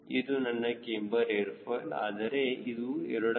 ಇದು ನನ್ನ camber airfoil ಆದರೆ ಇದು a